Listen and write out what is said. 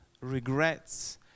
regrets